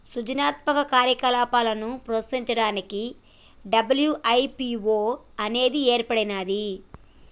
సృజనాత్మక కార్యకలాపాలను ప్రోత్సహించడానికి డబ్ల్యూ.ఐ.పీ.వో అనేది ఏర్పడినాది